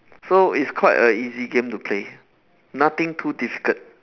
so it's quite a easy game to play nothing too difficult